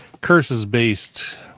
curses-based